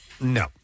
No